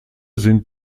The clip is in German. sind